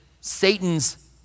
Satan's